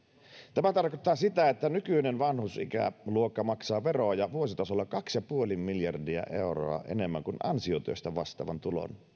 tämä tarkoittaa sitä että nykyinen vanhusikäluokka maksaa veroja vuositasolla kaksi pilkku viisi miljardia euroa enemmän kuin ansiotyöstä vastaavan tulon